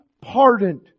pardoned